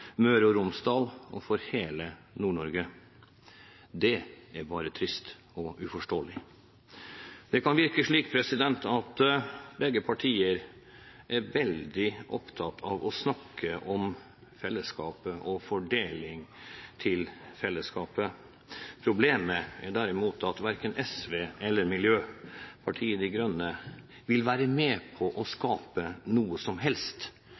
Møre og Romsdal og hele Nord-Norge. Det er bare trist og uforståelig. Det kan virke som begge partiene er veldig opptatt av å snakke om fellesskapet og fordeling til fellesskapet. Problemet er at verken Sosialistisk Venstreparti eller Miljøpartiet De Grønne vil være med på å skape noe som helst.